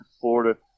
Florida